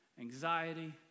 anxiety